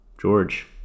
George